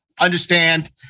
Understand